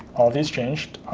all these changed.